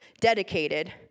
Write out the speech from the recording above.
dedicated